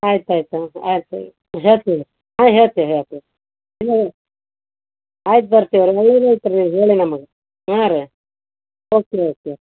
ಆಯ್ತು ಆಯ್ತು ಹಾಂ ಆಯ್ತು ರೀ ಹೇಳ್ತಿವಿ ಹಾಂ ಹೇಳ್ತಿವಿ ಹೇಳ್ತಿವಿ ಇಲ್ಲ ಹೇಳಿ ಆಯ್ತು ಬರ್ತೀವಿ ರೀ ಹೇಳಿ ನಮಗೆ ಹಾಂ ರೀ ಓಕೆ ಓಕೆ